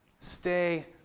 Stay